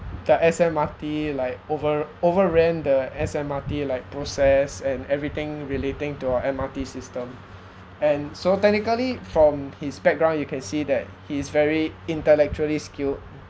the S_M_R_T like over overran the S_M_R_T like process and everything relating to our M_R_T system and so technically from his background you can see that he is very intellectually skilled